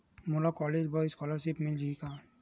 मोला कॉलेज बर स्कालर्शिप मिल जाही का?